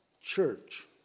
church